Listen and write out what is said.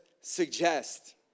suggest